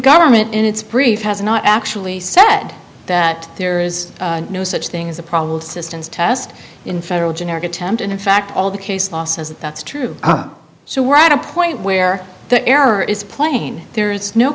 government in its brief has not actually said that there is no such thing as a problem systems test in federal generic attempt and in fact all the case law says that that's true so we're at a point where the error is plain there is no